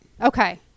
Okay